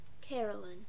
Carolyn